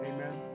Amen